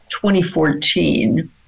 2014